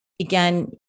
again